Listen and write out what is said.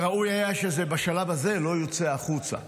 וראוי היה שבשלב הזה זה לא יוצא החוצה.